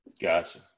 Gotcha